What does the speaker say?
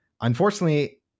Unfortunately